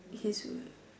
his